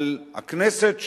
על הכנסת,